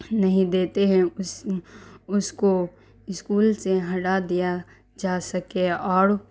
نہیں دیتے ہیں اس اس کو اسکول سے ہٹا دیا جا سکے اور